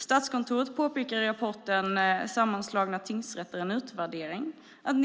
Statskontoret påpekar i rapporten Sammanslagna tingsrätter - En utvärdering att